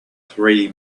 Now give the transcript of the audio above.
three